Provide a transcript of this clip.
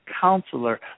Counselor